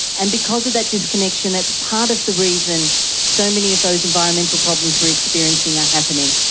and because of that disconnection that's part of the reason so many of those environmental problems we're experiencing are happening.